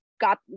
got